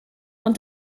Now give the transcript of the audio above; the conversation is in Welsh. ond